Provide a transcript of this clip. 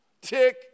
Tick